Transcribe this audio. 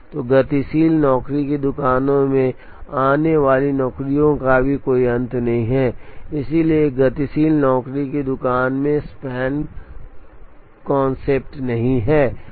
तो गतिशील नौकरी की दुकानों में आने वाली नौकरियों का भी कोई अंत नहीं है इसलिए एक गतिशील नौकरी की दुकान में स्पैन कॉन्सेप्ट नहीं है